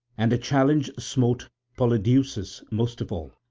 and the challenge smote polydeuces most of all.